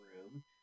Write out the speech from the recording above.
room